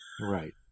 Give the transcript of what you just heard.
right